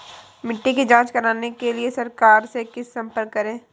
मिट्टी की जांच कराने के लिए सरकार से कैसे संपर्क करें?